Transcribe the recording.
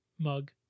mug